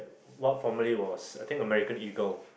what formally was American-Eagle